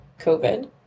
COVID